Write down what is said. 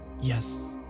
Yes